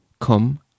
come